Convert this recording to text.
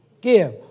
give